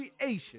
creation